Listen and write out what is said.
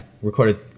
Recorded